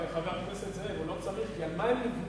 חבר הכנסת זאב, הוא לא צריך, כי על מה הם נבנו?